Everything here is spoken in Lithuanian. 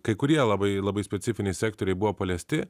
kai kurie labai labai specifiniai sektoriai buvo paliesti